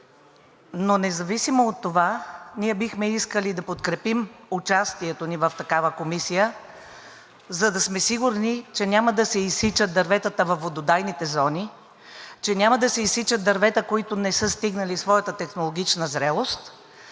но независимо от това ние бихме искали да подкрепим участието ни в такава комисия, за да сме сигурни, че няма да се изсичат дърветата във вододайните зони, че няма да се изсичат дървета, които не са стигнали своята технологична зрялост,